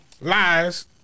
Lies